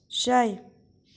شےَ